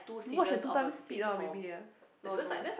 you watch at two times speed ah maybe ah I don't know